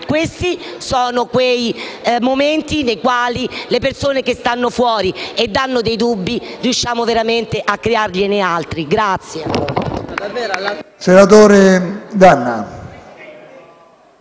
Questi sono quei momenti in cui alle persone che stanno fuori e che hanno dei dubbi riusciamo veramente a crearne altri.